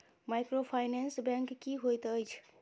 Microfinance bank की होइत अछि?